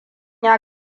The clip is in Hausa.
ya